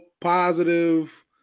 positive